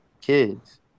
kids